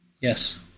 Yes